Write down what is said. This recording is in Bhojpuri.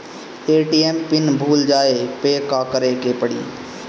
ए.टी.एम पिन भूल जाए पे का करे के पड़ी?